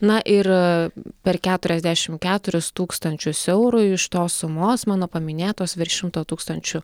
na ir per keturiasdešim keturis tūkstančius eurų iš tos sumos mano paminėtos virš šimto tūkstančių